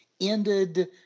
ended